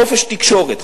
חופש תקשורת,